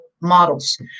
models